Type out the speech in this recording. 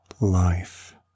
life